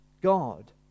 God